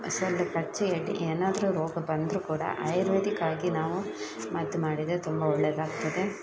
ಸೊಳ್ಳೆ ಕಚ್ಚಿ ಏನಾದ್ರೂ ರೋಗ ಬಂದ್ರೂ ಕೂಡ ಆಯುರ್ವೇದಿಕ್ಕಾಗಿ ನಾವು ಮದ್ದು ಮಾಡಿದರೆ ತುಂಬ ಒಳ್ಳೆಯದಾಗ್ತದೆ